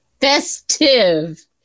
Festive